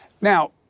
Now